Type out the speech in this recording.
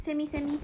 send me send me